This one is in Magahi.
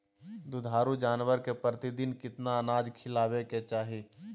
दुधारू जानवर के प्रतिदिन कितना अनाज खिलावे के चाही?